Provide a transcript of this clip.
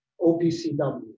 OPCW